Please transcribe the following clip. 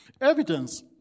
Evidence